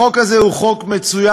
החוק הזה הוא חוק מצוין,